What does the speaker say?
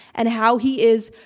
and how he is,